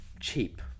cheap